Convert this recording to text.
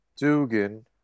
Dugan